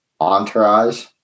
Entourage